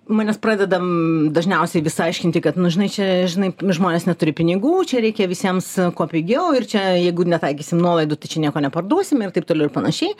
žmonės pradeda dažniausiai vis aiškinti kad nu žinai čia žinai žmonės neturi pinigų čia reikia visiems kuo pigiau ir čia jeigu netaikysim nuolaidų tai čia nieko neparduosim ir taip toliau ir panašiai